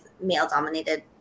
male-dominated